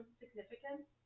significance